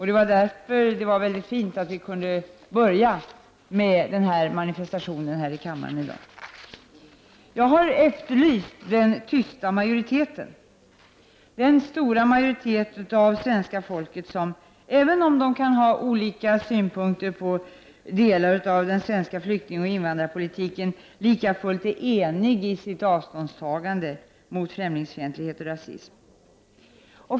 Det var därför mycket bra att vi kunde börja dagens sammanträde med den här manifestationen i kammaren. Jag har efterlyst den tysta majoriteten. Den stora majoritet av det svenska folket som — även om den kan ha olika synpunkter på delar av den svenska flyktingoch invandrarpolitiken — likafullt är enig i sitt avståndstagande mot främlingsfientlighet och rasism.